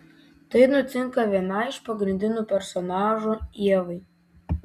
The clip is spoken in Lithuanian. tai ir nutinka vienai iš pagrindinių personažų ievai